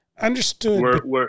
Understood